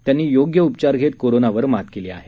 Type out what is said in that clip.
त्यांनी योग्य उपचार घेत कोरोनावर मात केली आहे